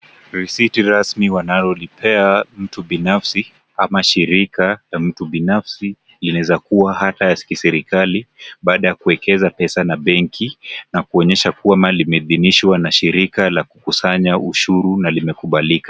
Risiti rasmi wanayompea mtu binafsi ama shirika la mtu binafsi inaeza kuwa hata ya kiserikali baada ya kuwekeza pesa na benki na kuonyesha kuwa mali imeidhinishwa na shirika la kukusanya ushuru na limekubalika.